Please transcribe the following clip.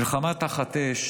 מלחמה תחת אש